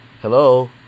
Hello